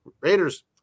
Raiders